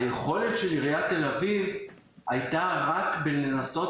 היכולת של עירית תל אביב הייתה רק בלנסות